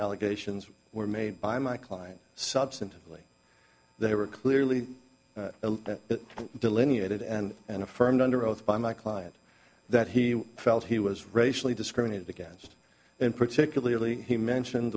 allegations were made by my client substantively they were clearly delineated and and affirmed under oath by my client that he felt he was racially discriminated against and particularly he mentioned